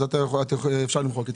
אז אפשר למחוק את